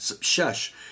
shush